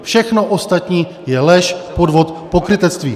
Všechno ostatní je lež, podvod, pokrytectví!